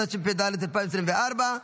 התשפ"ד 2024,